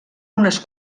unes